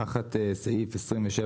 תחת סעיף 27,